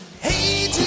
Hey